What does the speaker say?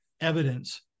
evidence